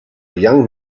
young